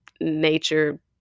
nature